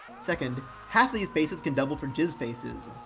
second, half of these faces can double for jizz faces.